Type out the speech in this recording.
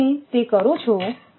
જો તમે તે કરો છો